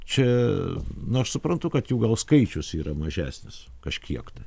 čia nu aš suprantu kad jų gal skaičius yra mažesnis kažkiek tai